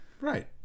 Right